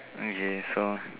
okay so